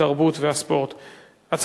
התרבות והספורט נתקבלה.